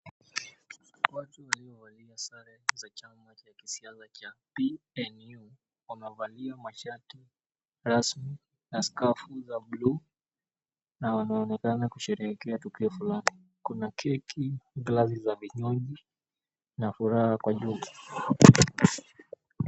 Watu waliovalia sare za chama cha kisiasa cha PNU wamevalia mashati rasmi na skafu za buluu na wanaonekana kusherehekea tukio fulani. Kuna keki, glasi za vinywaji na furaha kwa jumla.